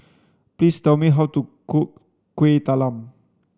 please tell me how to cook kuih talam